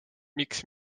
miks